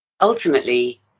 Ultimately